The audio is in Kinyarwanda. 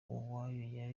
uwoya